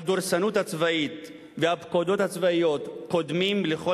הדורסנות הצבאית והפקודות הצבאיות קודמים לכל